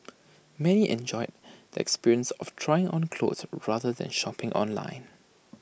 many enjoyed the experience of trying on clothes rather than shopping online